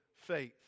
faith